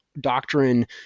doctrine